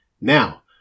Now